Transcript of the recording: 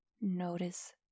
Notice